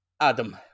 Adam